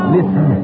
Listen